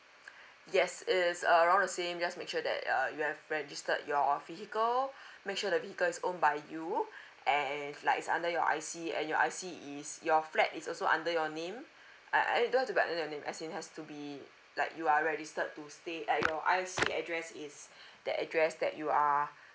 yes it's around the same just make sure that uh you have registered your vehicle make sure the vehicle is owned by you and like it's under your I_C and your I_C is your flat is also under your name eh eh don't have to be under your name as in has to be like you are registered to stay at your I_C address is that address that you are